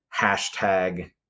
hashtag